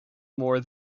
more